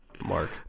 Mark